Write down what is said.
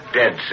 dead